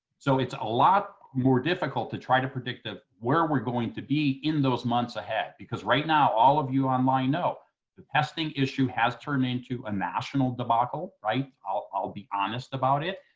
so it's a lot more difficult to try to predict ah where we're going to be in those months ahead. because right now, all of you online know the testing issue has turned into a national debacle, right? i'll be honest about it,